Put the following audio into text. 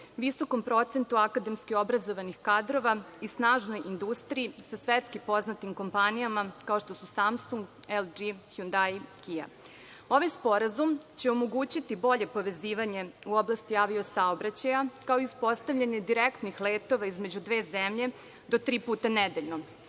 visokom procentu akademski obrazovanih kadrova i snažnoj industriji sa svetskim poznatim kompanijama, kao što su „Samsung“, „LG“, „Hjundaji“, „Kia“.Ovaj sporazum će omogućiti bolje povezivanje u oblasti avio saobraćaja, kao i uspostavljanje direktnih letova između dve zemlje do tri puta nedeljno.